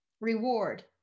Reward